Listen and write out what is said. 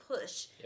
push